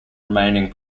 remaining